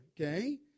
okay